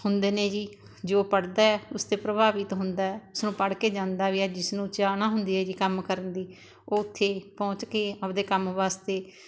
ਹੁੰਦੇ ਨੇ ਜੀ ਜੋ ਪੜ੍ਹਦਾ ਹੈ ਉਸ 'ਤੇ ਪ੍ਰਭਾਵਿਤ ਹੁੰਦਾ ਹੈ ਸੋ ਪੜ੍ਹ ਕੇ ਜਾਂਦਾ ਵੀ ਹੈ ਜਿਸ ਨੂੰ ਚਾਹਨਾ ਹੁੰਦੀ ਹੈ ਜੀ ਕੰਮ ਕਰਨ ਦੀ ਉੱਥੇ ਪਹੁੰਚ ਕੇ ਆਪਦੇ ਕੰਮ ਵਾਸਤੇ